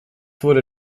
wurde